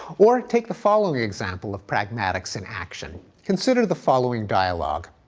or take the following example of pragmatics in action. consider the following dialogue,